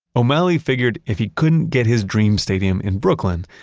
o'malley figured if he couldn't get his dream stadium in brooklyn,